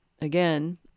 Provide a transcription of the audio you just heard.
again